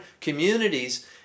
communities